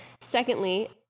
secondly